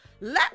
let